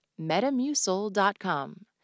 metamucil.com